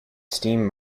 steam